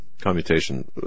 commutation